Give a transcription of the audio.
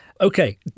Okay